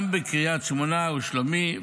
גם בקריית שמונה ושלומי,